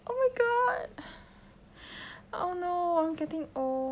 oh my god oh no I'm getting old